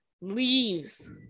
leaves